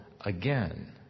again